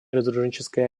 разоруженческой